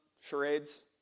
charades